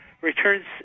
returns